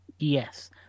Yes